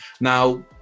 Now